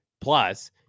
plus